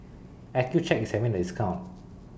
Accucheck IS having A discount